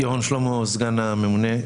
סגן הממונה.